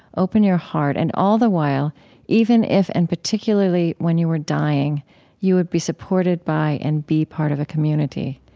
open your heart and all the while even if and particularly when you were dying, you would be supported by and be part of a community?